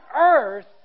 earth